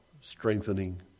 strengthening